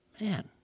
man